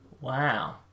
Wow